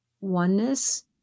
oneness